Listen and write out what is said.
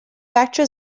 factor